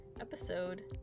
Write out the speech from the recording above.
episode